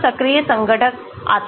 तब सक्रिय संघटक आता है